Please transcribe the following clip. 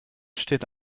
steht